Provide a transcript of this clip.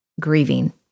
grieving